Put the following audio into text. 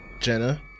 Jenna